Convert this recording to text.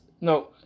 no